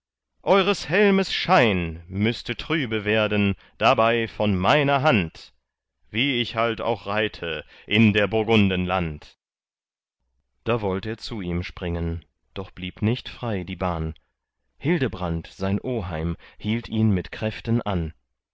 eures helmes schein müßte trübe werden dabei von meiner hand wie ich halt auch reite in der burgunden land da wollt er zu ihm springen doch blieb nicht frei die bahn hildebrand sein oheim hielt ihn mit kräften an